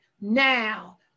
now